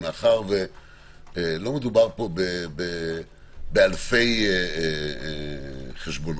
מאחר ולא מדובר פה באלפי חשבונות,